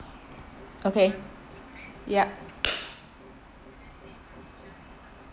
okay yup